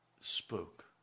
spoke